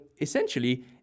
essentially